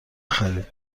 خرید